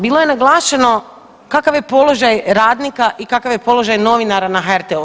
Bilo je naglašeno kakav je položaj radnika i kakav je položaj novinara na HRT-u.